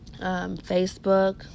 Facebook